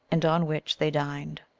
and on which they dined.